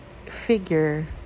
Figure